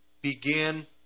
begin